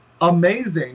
Amazing